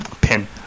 Pin